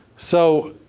so,